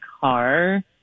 car